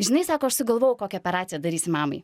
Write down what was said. žinai sako aš sugalvojau kokią operaciją darysim mamai